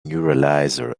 neuralizer